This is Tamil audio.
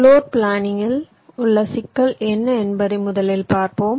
பிளோர் பிளானிங் இல் உள்ள சிக்கல் என்ன என்பதை முதலில் பார்ப்போம்